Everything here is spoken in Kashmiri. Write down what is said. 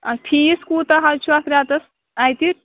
آ فیٖس کوٗتاہ حظ چھُ اَتھ رٮ۪تَس اَتہِ